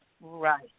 Right